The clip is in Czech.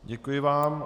Děkuji vám.